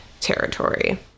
territory